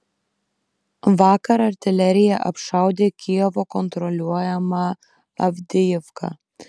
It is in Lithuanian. vakar artilerija apšaudė kijevo kontroliuojamą avdijivką